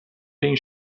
این